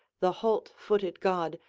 the halt-footed god,